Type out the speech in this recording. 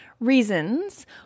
Reasons